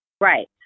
Right